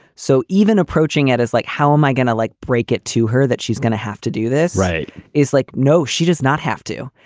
so even approaching it as like, how am i going to like break it to her that she's gonna have to do this right is like, no, she does not have to.